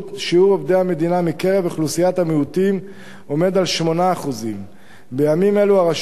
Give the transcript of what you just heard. עובדי המדינה מקרב אוכלוסיית המיעוטים הוא 8%. בימים אלו הרשות,